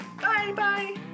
Bye-bye